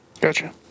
gotcha